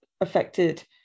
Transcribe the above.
affected